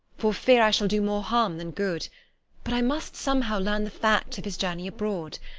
for fear i shall do more harm than good but i must somehow learn the facts of his journey abroad.